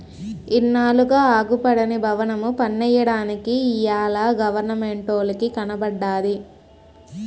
ఇన్నాళ్లుగా అగుపడని బవనము పన్నెయ్యడానికి ఇయ్యాల గవరమెంటోలికి కనబడ్డాది